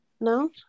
no